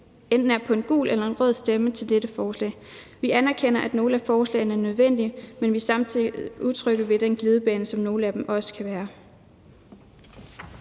enten er på en gul eller en rød stemme til dette forslag. Vi anerkender, at nogle af forslagene er nødvendige, men vi er samtidig utrygge ved den glidebane, som nogle af dem også kan være.